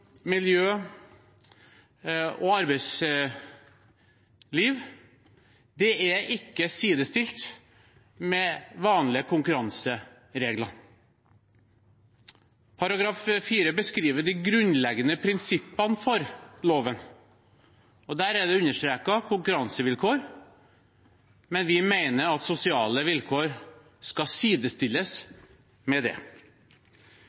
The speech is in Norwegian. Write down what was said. miljø og arbeidsliv ikke er sidestilt med vanlige konkurranseregler. § 4 beskriver de grunnleggende prinsippene for loven, og der er det understreket konkurransevilkår, men vi mener at sosiale vilkår skal sidestilles med disse. Det